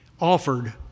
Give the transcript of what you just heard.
offered